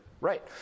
Right